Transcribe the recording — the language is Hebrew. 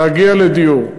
להגיע לדיור.